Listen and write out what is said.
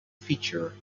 feature